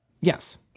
yes